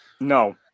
No